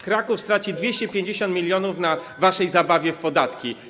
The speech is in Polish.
Kraków straci 250 mln na waszej zabawie w podatki.